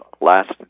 last